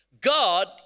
God